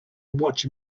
watch